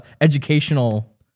educational